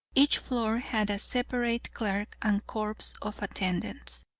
each floor had a separate clerk and corps of attendants,